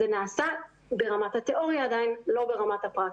זה נעשה ברמת התיאוריה עדיין, לא ברמת הפרקטיקה.